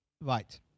Right